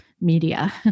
Media